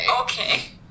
okay